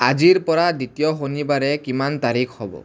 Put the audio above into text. আজিৰ পৰা দ্বিতীয় শনিবাৰে কিমান তাৰিখ হ'ব